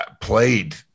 played